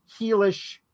heelish